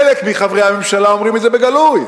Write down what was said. חלק מחברי הממשלה אומרים את זה בגלוי.